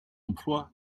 emploi